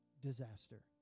disaster